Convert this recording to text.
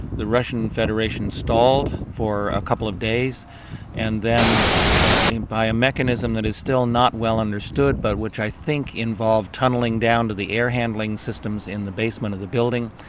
the russian federation stalled for a couple of days and then by a mechanism that is still not well understood but which i think involved tunnelling down to the air-handling systems in the basement of the building,